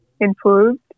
improved